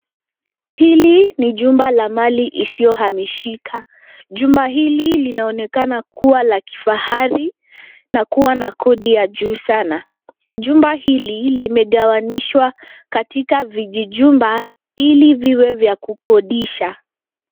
Hili ni jumba la mali isiyohamishika. Jumba hili linaonekana kuwa la kifahari na kuwa na kodi ya juu sana. Jumba hili limegawanishwa katika vijijumba ili viwe vya kukodisha.